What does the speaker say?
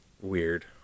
weird